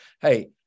Hey